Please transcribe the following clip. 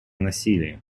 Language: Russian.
насилие